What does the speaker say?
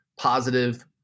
positive